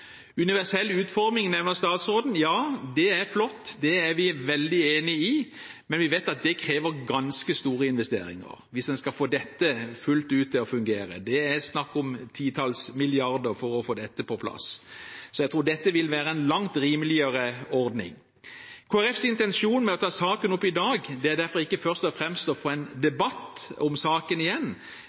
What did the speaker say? universell utforming. Ja, det er flott – det er vi veldig enig i – men vi vet at det krever ganske store investeringer hvis en skal få dette fullt ut til å fungere. Det er snakk om titalls milliarder for å få dette på plass, så jeg tror dette vil være en langt rimeligere ordning. Kristelig Folkepartis intensjon med å ta saken opp i dag er derfor ikke først og fremst å få en debatt om saken igjen.